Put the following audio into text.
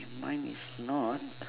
mine is not